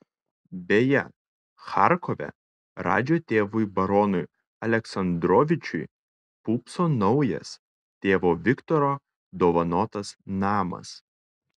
beje charkove radžio tėvui baronui aleksandrovičiui pūpso naujas tėvo viktoro dovanotas namas